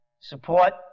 Support